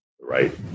right